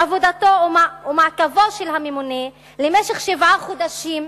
העבודה והמעקב של הממונה, במשך שבעה חודשים,